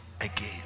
again